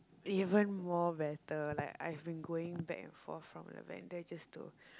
even more better like I've been going back and forth from Lavender just to